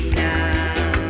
now